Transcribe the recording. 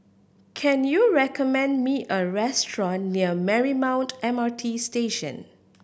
can you recommend me a restaurant near Marymount M R T Station